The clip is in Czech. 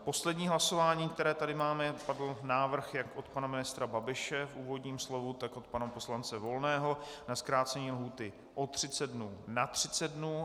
V posledním hlasování, které tady mám, padl návrh jak od pana ministra Babiše v úvodním slově, tak od pana poslance Volného na zkrácení lhůty o třicet dnů na třicet dnů.